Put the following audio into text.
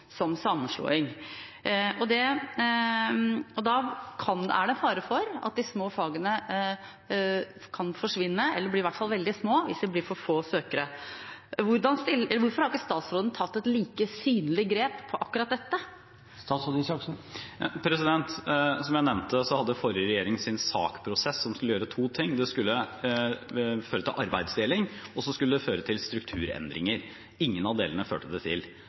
som i sammenslåing. Det er en fare for at de små fagene kan forsvinne eller i hvert fall bli veldig små hvis det blir for få søkere. Hvorfor har ikke statsråden tatt et like synlig grep på akkurat dette? Som jeg nevnte, hadde forrige regjering sin SAK-prosess som skulle gjøre to ting. Det skulle føre til arbeidsdeling og til strukturendringer. Ingen av delene førte det til.